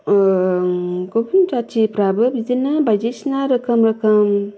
गुबुन जाथिफोराबो बायदि सिना रोखोम रोखोम